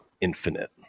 Infinite